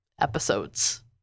episodes